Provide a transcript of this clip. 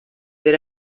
era